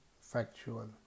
factual